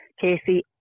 Casey